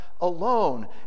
alone